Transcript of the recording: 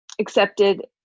accepted